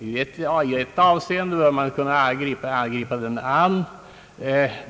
I ett avseende bör man emellertid kunna angripa denna fråga.